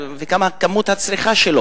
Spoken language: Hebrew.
חבר הכנסת מסעוד גנאים.